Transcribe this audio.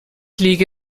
liege